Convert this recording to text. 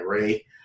Ray